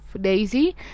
daisy